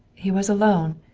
he was alone,